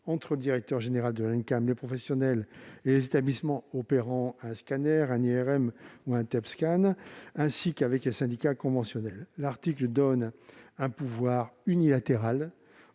entre le directeur général de l'Uncam, les professionnels et les établissements opérant un scanner, une IRM ou un TEP-scan, ainsi qu'avec les syndicats conventionnels, ils confèrent un pouvoir unilatéral